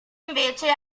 invece